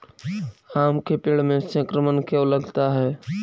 आम के पेड़ में संक्रमण क्यों लगता है?